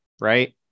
Right